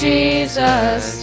Jesus